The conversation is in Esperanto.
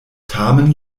tamen